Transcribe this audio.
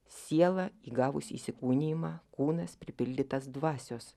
siela įgavus įsikūnijimą kūnas pripildytas dvasios